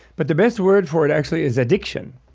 but the best word for it actually is addiction.